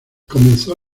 comenzó